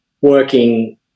working